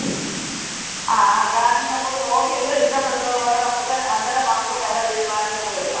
ആ ആ കാണിച്ച് നമുക്ക് നോക്കിയിട്ട് ഇഷ്ടപ്പെടുന്നത് പോലെ നമുക്ക് അന്നേരം വാങ്ങുമ്പോൾ വില തീരുമാനിച്ച് നമുക്കെടുക്കാം